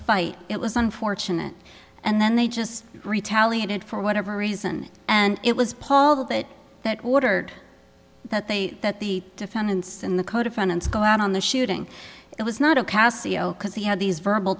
fight it was unfortunate and then they just retaliated for whatever reason and it was paul that ordered that they that the defendants in the co defendants go out on the shooting it was not a casio because he had these verbal